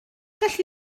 gallu